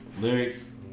lyrics